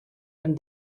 and